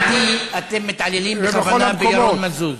לדעתי, אתם מתעללים בכוונה בירון מזוז.